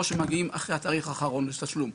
או שמגיעים אחרי התאריך האחרון לתשלום,